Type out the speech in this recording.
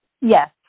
Yes